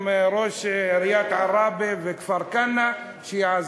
חוץ משניים, ראש עיריית עראבה, וכפר-כנא, שיעזרו.